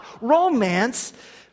Romance